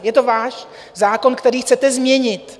Je to váš zákon, který chcete změnit.